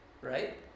Right